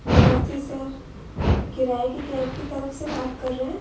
नमस्ते सर किराए के कैब की तरफ से बात कर रहे हैं